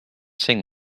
sing